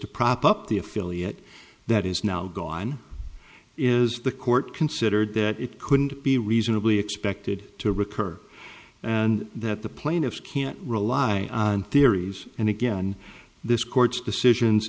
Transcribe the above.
to prop up the affiliate that is now gone is the court considered that it couldn't be reasonably expected to recur and that the plaintiffs can't rely on theories and again this court's decisions